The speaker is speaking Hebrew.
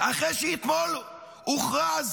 אחרי שאתמול הוכרז